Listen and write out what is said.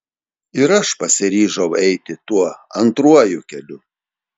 ir aš pasiryžau eiti tuo antruoju keliu